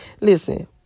Listen